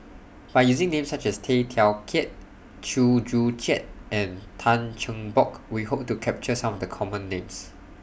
By using Names such as Tay Teow Kiat Chew Joo Chiat and Tan Cheng Bock We Hope to capture Some The Common Names